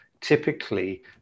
typically